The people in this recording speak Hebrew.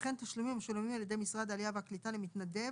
"וכן תשלומים המשולמים על ידי משרד העלייה והקליטה למתנדב